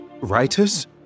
writers